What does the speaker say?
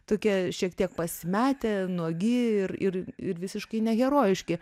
tokie šiek tiek pasimetę nuogi ir ir ir visiškai neherojiški